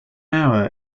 hour